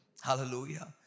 Hallelujah